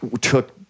took